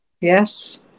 Yes